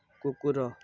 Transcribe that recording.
କୁକୁର